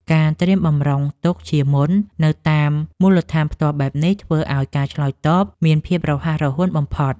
ការត្រៀមបម្រុងទុកជាមុននៅតាមមូលដ្ឋានផ្ទាល់បែបនេះ ធ្វើឱ្យការឆ្លើយតបមានភាពរហ័សរហួនបំផុត។